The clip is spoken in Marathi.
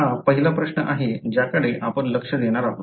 हा पहिला प्रश्न आहे ज्याकडे आपण लक्ष देणार आहोत